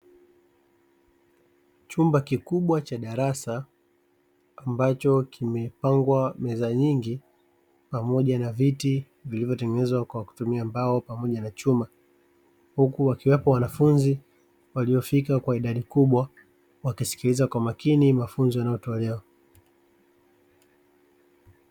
Chumba kikubwa cha darasa ambacho kimepangwa meza nyingi pamoja na viti vilivyotengenezwa kwa kutumia mbao pamoja na chuma, huku wakiwepo wanafunzi waliofika kwa idadi kubwa wakisikiliza kwa makini mafunzo yanayotolewa.